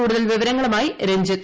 കൂടുതൽ വിവരങ്ങളുമായി രഞ്ജിത്ത്